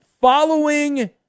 following